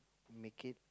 make it